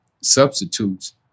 substitutes